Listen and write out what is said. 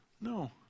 No